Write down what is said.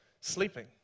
sleeping